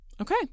Okay